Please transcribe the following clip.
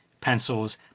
pencils